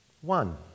One